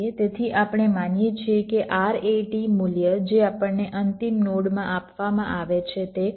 તેથી આપણે માનીએ છીએ કે RAT મૂલ્ય જે આપણને અંતિમ નોડમાં આપવામાં આવે છે તે 5